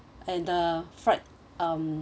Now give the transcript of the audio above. and uh fried um